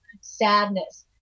sadness